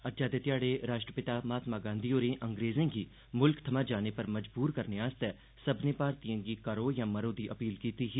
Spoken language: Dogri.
अज्जै दे ध्याड़े राष्ट्रपिता महात्मा गांधी होरें अंग्रेजें गी मुल्ख थमां जाने पर मजबूर करने आस्तै सब्मनें भारतीयें गी करो जां मरो दी अपील कीती ही